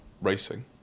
racing